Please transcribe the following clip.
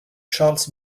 charles